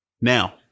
Now